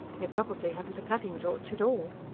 they probably haven't a cutting-torch at all.